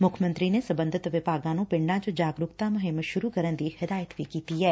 ਮੁੱਖ ਮੰਤਰੀ ਨੇ ਸਬੰਧਤ ਵਿਭਾਗਾਂ ਨੂੰ ਪਿੰਡਾਂ ਵਿਚ ਜਾਗਰੂਕਤਾ ਮੁਹਿੰਮ ਸੁਰੂ ਕਰਨ ਦੀ ਹਿਦਾਇਤ ਵੀ ਕੀਤੀ ਐ